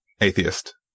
atheist